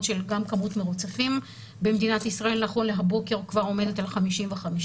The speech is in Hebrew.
של מספר מרוצפים במדינת ישראל נכון להבוקר שכבר עומדת על 55,